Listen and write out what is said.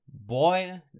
boy